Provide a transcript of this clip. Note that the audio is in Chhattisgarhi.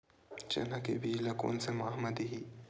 चना के बीज ल कोन से माह म दीही?